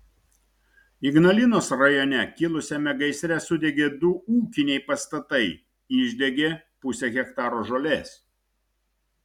ignalinos rajone kilusiame gaisre sudegė du ūkiniai pastatai išdegė pusė hektaro žolės